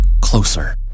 closer